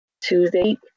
Tuesday